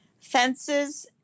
fences